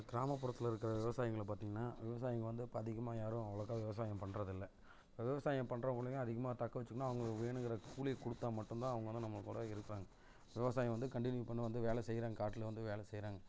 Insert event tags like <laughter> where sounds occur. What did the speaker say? கிராமபுரத்தில் இருக்கிற விவசாயிங்களை பார்த்திங்கனா விவசாயிங்க வந்து இப்போ அதிகமாக யாரும் அவ்வளோக்கா விவசாயம் பண்றது இல்லை இப்போ விவசாயம் பண்ற <unintelligible> அதிகமாக தக்க வச்சுக்கணும் அவங்களுக்கு வேணும்ங்கிற கூலியை கொடுத்தா மட்டும் தான் அவங்க வந்து நம்ம கூட இருப்பாங்க விவசாயம் வந்து கண்டினியூ பண்ண வந்து வேலை செய்கிறாங்க காட்டில் வந்து வேலை செய்கிறாங்க